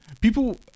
people